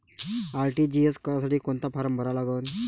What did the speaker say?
RTGS करासाठी कोंता form भरा लागन?